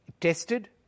tested